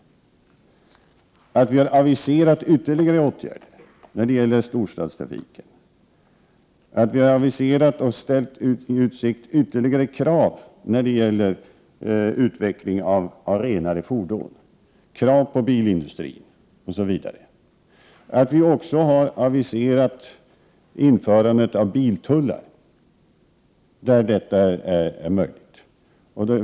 Regeringen har aviserat ytterligare åtgärder i fråga om storstadstrafiken, och regeringen har aviserat att ytterligare krav kommer att ställas när det gäller utvecklingen av renare fordon, alltså krav på bilindustrin. Regeringen har även aviserat att biltullar skall införas där detta är möjligt.